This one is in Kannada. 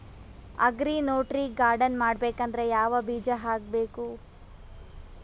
ಅಗ್ರಿ ನ್ಯೂಟ್ರಿ ಗಾರ್ಡನ್ ಮಾಡಬೇಕಂದ್ರ ಯಾವ ಬೀಜ ಹಾಕಬೇಕು?